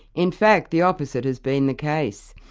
in fact, the opposite has been the case.